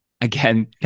Again